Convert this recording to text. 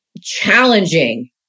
challenging